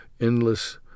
endless